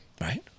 right